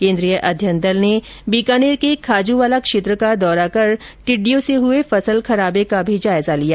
केन्द्रीय अध्ययन दल ने बीकानेर के खाजूवाला क्षेत्र का दौरा कर टिड्डियों से हुए फसल खराबे का भी जायजा लिया